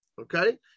Okay